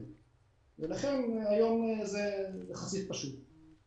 לכן, היום זה פשוט יחסית.